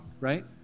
right